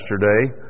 yesterday